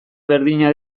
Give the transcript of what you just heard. berdina